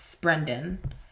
brendan